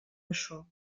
això